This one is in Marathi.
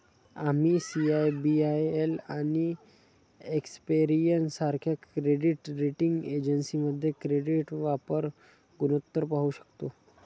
आम्ही सी.आय.बी.आय.एल आणि एक्सपेरियन सारख्या क्रेडिट रेटिंग एजन्सीमध्ये क्रेडिट वापर गुणोत्तर पाहू शकतो